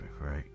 right